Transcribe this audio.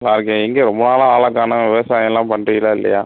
வாழ்க எங்கே ரொம்ப நாளாக ஆளை காணும் விவசாயம்லாம் பண்ணுறீங்களா இல்லையா